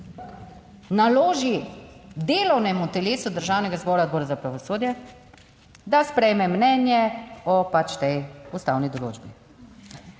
naloži delovnemu telesu Državnega zbora, Odbor za pravosodje, da sprejme mnenje o pač tej ustavni določbi.